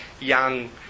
young